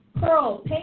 Pearl